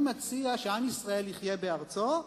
אני מציע שעם ישראל יחיה בארצו,